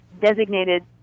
designated—